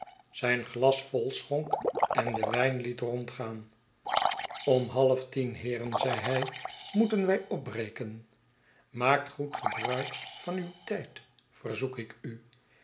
zijn glas volschonk en den wijn liet rondgaan om half tien heeren zeide hij moeten wij opbreken maakt goed gebruik van uw tijd verzoek ik u